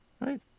Right